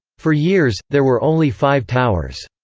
for years, there were only five towers.